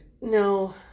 No